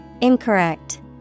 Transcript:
incorrect